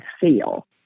feel